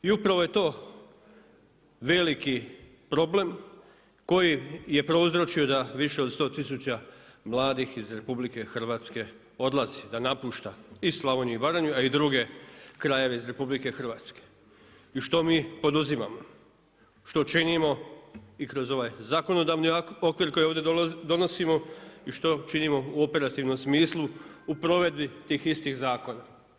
I upravo je to veliki problem koji je prouzročio da više od 100 tisuća mladih iz RH odlazi, da napušta i Slavoniju i Baranju a i druge krajeve iz RH i što mi poduzimamo, što činimo i kroz ovaj zakonodavni okvir koji ovdje dolazimo i što činimo u operativnom smislu u provedbi tih istih zakona.